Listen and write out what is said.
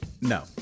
No